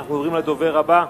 נמצא.